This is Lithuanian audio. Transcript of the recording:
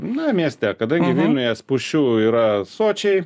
na mieste kadangi vilniuje spūsčių yra sočiai